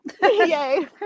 Yay